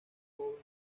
joven